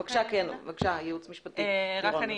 כן, בבקשה, הייעוץ המשפטי, לירון.